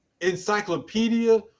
encyclopedia